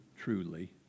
truly